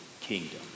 kingdom